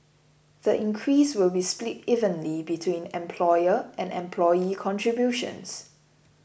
the increase will be split evenly between employer and employee contributions